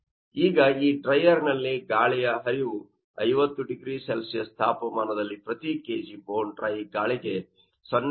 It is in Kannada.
ಈಗ ಈ ಡ್ರೈಯರ್ನಲ್ಲಿ ಗಾಳಿಯ ಹರಿವು 50 0C ತಾಪಮಾನದಲ್ಲಿ ಪ್ರತಿ kg ಬೋನ್ ಡ್ರೈ ಗಾಳಿಗೆ 0